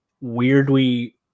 weirdly